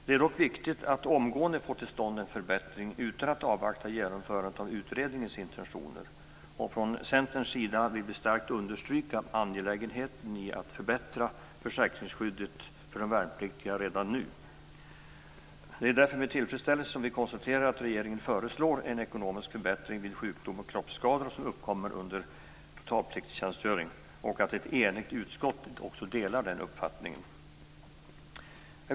Det är dock viktigt att omgående få till stånd en förbättring utan att avvakta genomförandet av utredningens intentioner. Från Centerns sida vill vi starkt understryka angelägenheten i att förbättra försäkringsskyddet för de värnpliktiga redan nu. Det är därför med tillfredsställelse som vi konstaterar att regeringen föreslår en ekonomisk förbättring vid sjukdom och kroppsskador som uppkommer under totalpliktstjänstgöring och att ett enigt utskott delar denna uppfattning.